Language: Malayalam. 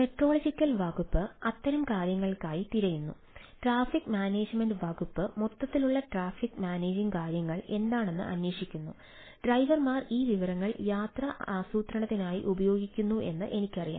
മെട്രോളജിക്കൽ വകുപ്പ് അത്തരം കാര്യങ്ങൾക്കായി തിരയുന്നു ട്രാഫിക് മാനേജുമെന്റ് വകുപ്പ് മൊത്തത്തിലുള്ള ട്രാഫിക് മാനേജിംഗ് കാര്യങ്ങൾ എന്താണെന്ന് അന്വേഷിക്കുന്നു ഡ്രൈവർമാർ ഈ വിവരങ്ങൾ യാത്ര ആസൂത്രണത്തിനായി ഉപയോഗിക്കുന്നു എന്ന് എനിക്കറിയാം